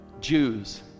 Jews